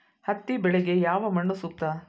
ಹತ್ತಿ ಬೆಳೆಗೆ ಯಾವ ಮಣ್ಣು ಸೂಕ್ತ?